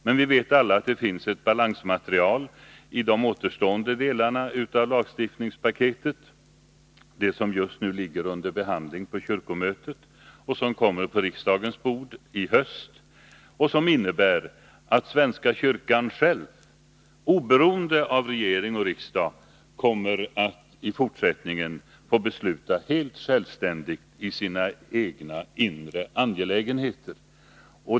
Men vi vet alla att det finns ett balansmateriali de återstående delarna av lagstiftningspaketet, nämligen det som just nu ligger under behandling på kyrkomötet och som kommer att behandlas av riksdagen i höst. Det innebär att svenska kyrkan själv, oberoende av regering och riksdag, i fortsättningen kommer att få besluta helt självständigt i sina egna inre angelägenheter.